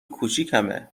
کوچیکمه